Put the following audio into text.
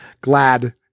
glad